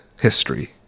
history